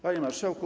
Panie Marszałku!